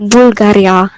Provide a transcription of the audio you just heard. Bulgaria